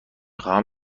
خواهم